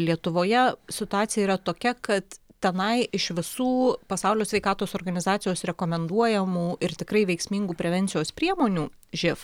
lietuvoje situacija yra tokia kad tenai iš visų pasaulio sveikatos organizacijos rekomenduojamų ir tikrai veiksmingų prevencijos priemonių živ